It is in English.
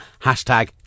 Hashtag